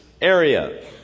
area